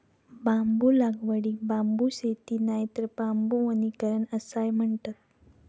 बांबू लागवडीक बांबू शेती नायतर बांबू वनीकरण असाय म्हणतत